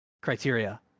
criteria